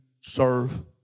serve